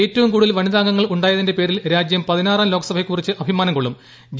ഏറ്റവും കൂടുതൽ വനിതാംഗങ്ങൾ ഉണ്ടായതിന്റെ പേരിൽ രാജ്യം പതിനാറാം ലോക്സഭയെക്കുറിച്ച് അഭിമാനം കൊള്ളും ജി